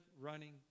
running